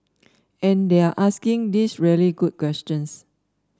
and they're asking these really good questions